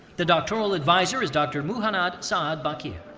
the doctoral advisor is dr. muhannad saad bakir.